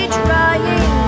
trying